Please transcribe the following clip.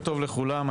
לכולם.